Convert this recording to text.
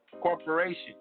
corporation